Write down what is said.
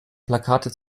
plakate